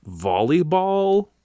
volleyball